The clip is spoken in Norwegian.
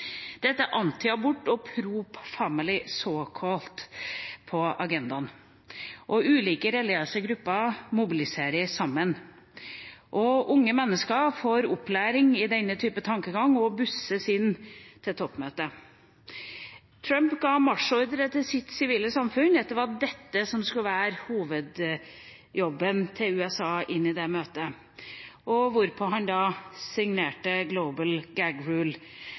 Dette har antiabort og pro «family» – såkalt – på agendaen. Ulike religiøse grupper mobiliserer sammen. Unge mennesker får opplæring i denne type tankegang og busses inn til toppmøtet. Trump ga marsjordre til sitt sivile samfunn om at det var dette som skulle være hovedjobben til USA inn i det møtet, hvorpå han signerte Global